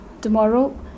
Tomorrow